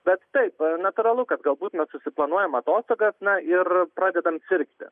bet taip natūralu kad galbūt mes susiplanuojam atostogas na ir pradedam sirgti